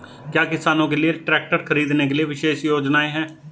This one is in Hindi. क्या किसानों के लिए ट्रैक्टर खरीदने के लिए विशेष योजनाएं हैं?